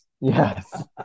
Yes